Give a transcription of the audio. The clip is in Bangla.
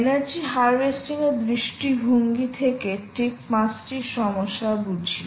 এনার্জি হারভেস্টিং এর দৃষ্টিভঙ্গি থেকে টিপ মাসটির সমস্যা বুঝি